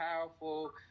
powerful